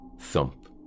Thump